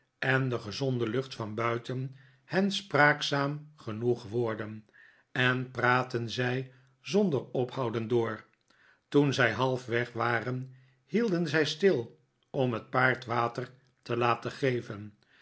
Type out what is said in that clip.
hen spraakzaam genoeg worden en praatten zij zonder ophouden door toen zij halfweg waren hielden zij stil om het paard water te laten geven